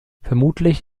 vermutlich